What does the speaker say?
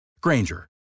Granger